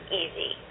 easy